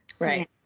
right